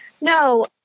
No